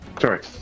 Sorry